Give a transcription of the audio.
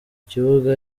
kibuga